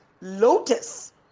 lotus